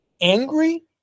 angry